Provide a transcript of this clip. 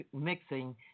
mixing